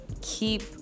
keep